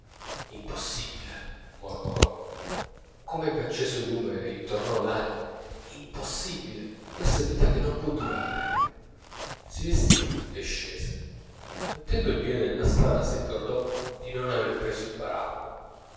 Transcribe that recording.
flato impossibile mormorò com'ebbe acceso il lume e gli tornò lanimo impossibile questa è vita che non può durare si vestì e scese mettendo il piede nella strada si ricordò di non aver preso il paracqua